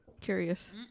curious